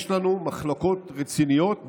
יש לנו מחלוקות רציניות,